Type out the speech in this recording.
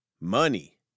money